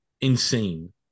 insane